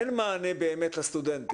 אין מענה באמת לסטודנטים.